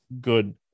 good